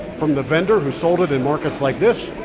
from the vendor who sold it in markets like this.